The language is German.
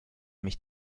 mich